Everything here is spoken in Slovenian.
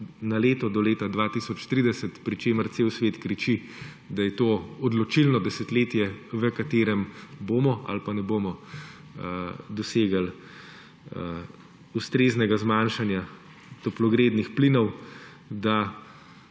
na leto do leta 2030, pri čemer cel svet kriči, da je to odločilno desetletje, v katerem bomo ali pa ne bomo dosegli ustreznega zmanjšanja toplogrednih plinov, da